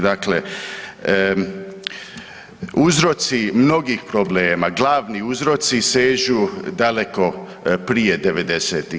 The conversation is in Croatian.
Dakle, uzroci mnogih problema, glavni uzroci sežu daleko prije 90-ih.